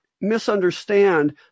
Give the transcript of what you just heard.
misunderstand